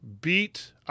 beat